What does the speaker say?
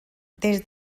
des